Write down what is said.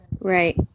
right